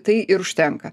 tai ir užtenka